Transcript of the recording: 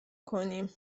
کنیم